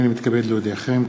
הנני מתכבד להודיעכם,